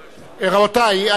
רבותי,